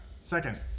Second